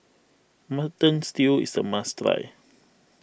Mutton Stew is a must try